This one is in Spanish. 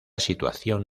situación